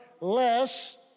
less